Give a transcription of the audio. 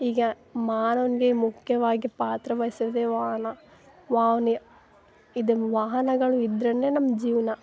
ಈಗ ಮಾನವ್ನಿಗೆ ಮುಖ್ಯವಾಗಿ ಪಾತ್ರವಹಿಸೋದೆ ವಾಹನ ವಾಹನ ಇದು ವಾಹನಗಳು ಇದ್ದರೆಯೆ ನಮ್ಮ ಜೀವನ